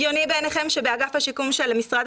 הגיוני בעיניכם שבאגף השיקום של משרד